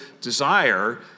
desire